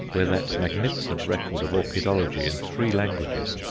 where that magnificent record of orchidology in three languages,